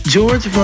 George